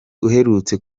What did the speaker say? uherutse